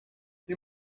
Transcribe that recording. you